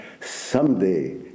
someday